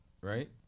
right